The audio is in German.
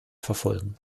verfolgen